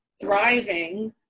thriving